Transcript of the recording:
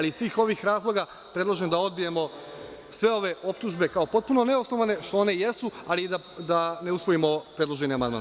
Iz svih ovih razloga, predlažem da odbijemo sve ove optužbe kao potpuno neosnovane, što one jesu, ali i da ne usvojimo predloženi amandman.